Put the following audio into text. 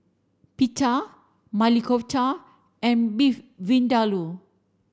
Pita Maili Kofta and Beef Vindaloo